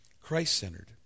Christ-centered